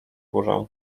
górę